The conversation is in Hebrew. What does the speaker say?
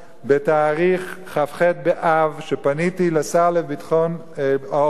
בתאריך כ"ח באב, כשפניתי אל השר לביטחון העורף.